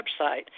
website